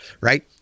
right